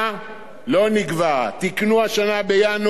תיקנו השנה בינואר ל-221.